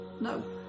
No